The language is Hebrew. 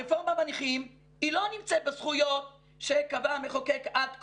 הרפורמה בנכים לא נמצאת בזכויות שקבע המחוקק עד כה,